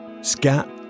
SCAT